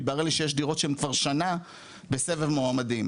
התברר לי שיש דירות שהן כבר שנה בסבב מועמדים,